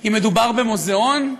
אם מדובר במוזיאון,